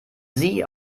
sie